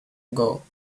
ago